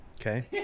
Okay